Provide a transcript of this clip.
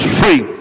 free